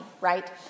Right